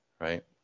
right